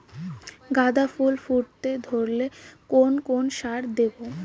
গাদা ফুল ফুটতে ধরলে কোন কোন সার দেব?